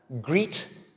greet